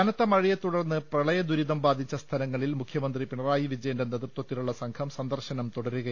കനത്ത മഴയെത്തുടർന്ന് പ്രളയ ദുരിതം ബാധിച്ച സ്ഥലങ്ങ ളിൽ മുഖ്യമന്ത്രി പിണറായി വിജയന്റെ നേതൃത്വത്തിലുള്ള സംഘം സന്ദർശനം തുടരുന്നു